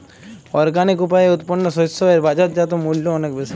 organic উপায়ে উৎপন্ন শস্য এর বাজারজাত মূল্য অনেক বেশি